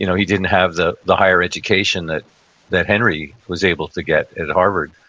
you know he didn't have the the higher education that that henry was able to get at harvard.